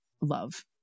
love